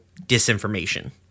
disinformation